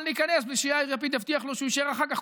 להיכנס בלי שיאיר לפיד יבטיח לו שהוא יישאר אחר כך.